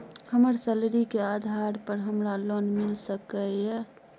हमर सैलरी के आधार पर हमरा लोन मिल सके ये?